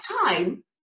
time